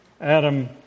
Adam